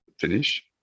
finish